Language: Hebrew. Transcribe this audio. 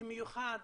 במיוחד